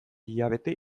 hilabete